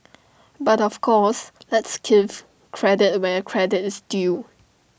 but of course let's give credit where credit is due